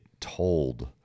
told